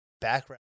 background